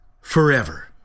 forever